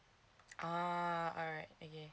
uh alright okay